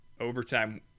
overtime